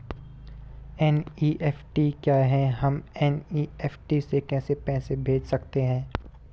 NEFT क्या है हम एन.ई.एफ.टी से कैसे पैसे भेज सकते हैं?